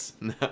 No